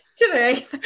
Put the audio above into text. today